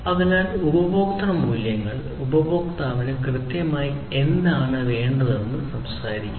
അതിനാൽ ഉപഭോക്തൃ മൂല്യങ്ങൾ ഉപഭോക്താവിന് കൃത്യമായി എന്താണ് വേണ്ടതെന്ന് സംസാരിക്കുന്നു